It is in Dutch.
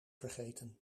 vergeten